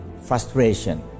frustration